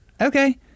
Okay